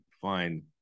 fine